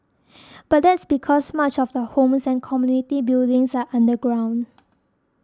but that's because much of the homes and community buildings are underground